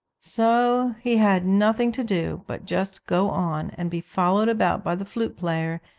so he had nothing to do but just go on, and be followed about by the flute-player,